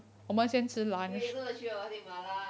wait so the three of us eat mala